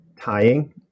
tying